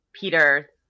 Peter